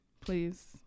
please